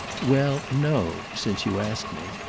well, no since you ask me.